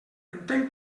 entenc